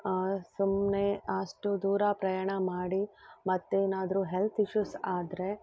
ಸುಮ್ಮನೆ ಅಷ್ಟು ದೂರ ಪ್ರಯಾಣ ಮಾಡಿ ಮತ್ತೇನಾದರು ಹೆಲ್ತ್ ಇಶ್ಯೂಸ್ ಆದರೆ